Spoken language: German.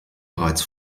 bereits